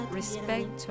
respect